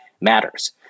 matters